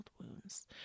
wounds